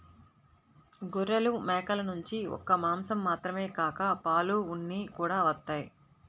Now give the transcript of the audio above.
గొర్రెలు, మేకల నుంచి ఒక్క మాసం మాత్రమే కాక పాలు, ఉన్ని కూడా వత్తయ్